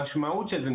המשמעות של זה,